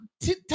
take